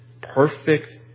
perfect